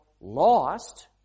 lost